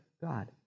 God